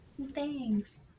Thanks